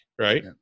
right